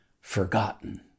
forgotten